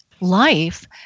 life